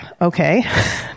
Okay